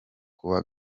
kuwa